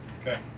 Okay